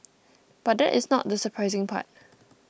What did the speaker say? but there is not the surprising part